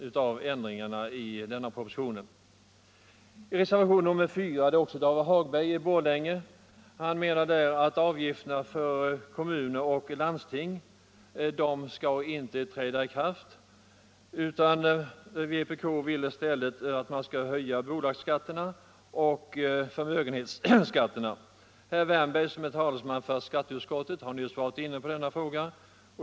I reservationen 4 till socialförsäkringsutskottets betänkande nr 17 menar herr Hagberg i Borlänge att höjningen av avgifterna för kommuner och landsting inte skall träda i kraft. Vpk vill i stället att man skall höja bolagsskatten och förmögenhetsskatten. Herr Wärnberg, som är talesman för skatteutskottet, har nyss varit inne på denna fråga.